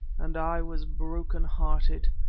and i was broken-hearted,